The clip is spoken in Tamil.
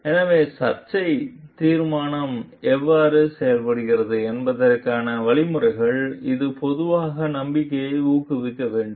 எனவே சர்ச்சை தீர்மானம் எவ்வாறு செய்யப்படுகிறது என்பதற்கான வழிமுறைகள் இது பொதுவான நம்பிக்கையை ஊக்குவிக்க வேண்டும்